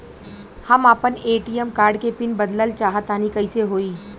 हम आपन ATM card के पीन बदलल चाहऽ तनि कइसे होई?